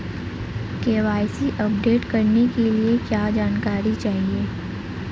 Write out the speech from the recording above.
KYC update करने के लिए क्या जानकारी चाहिए?